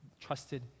trusted